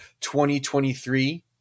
2023